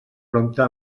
prompte